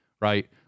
right